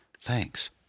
Thanks